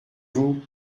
vous